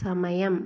സമയം